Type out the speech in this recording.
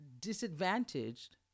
disadvantaged